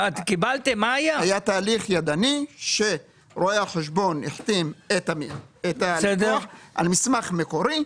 היה תהליך ידני שרואה החשבון החתים את הלקוח על מסמך מקורי.